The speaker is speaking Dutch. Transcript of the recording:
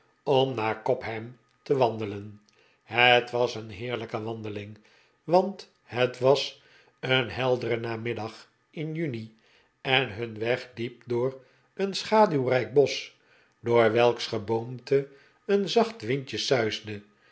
om naar cobham te wandelen het was een heerlijke wandeling want het was een heldere namiddag in juni en hun weg liep door een schaduwrijk bosch door welks geboomte een zacht windje